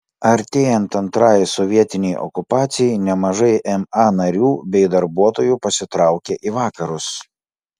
artėjant antrajai sovietinei okupacijai nemažai ma narių bei darbuotojų pasitraukė į vakarus